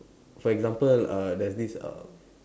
for example uh there's this uh